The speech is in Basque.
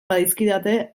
badizkidate